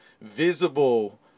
visible